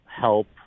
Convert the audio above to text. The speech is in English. help